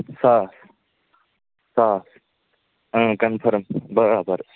ساس ساس اۭں کَنفٕرٕم بَرابَر